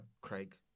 Craig